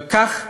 וכך כתב: